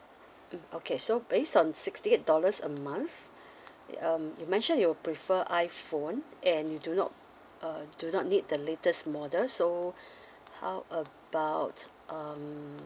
mm okay so based on sixty eight dollars a month um you mention you prefer iphone and you do not uh do not need the latest model so how about um